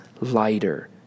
lighter